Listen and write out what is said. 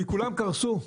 כי כולם קרסו.